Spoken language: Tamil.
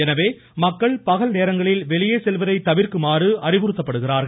எனவே மக்கள் பகல் நேரங்களில் வெளியே செல்வதை தவிர்க்குமாறு அறிவுறுத்தப்படுகிறார்கள்